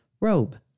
robe